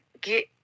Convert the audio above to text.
get